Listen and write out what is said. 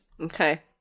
Okay